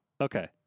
Okay